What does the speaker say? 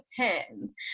depends